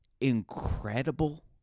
incredible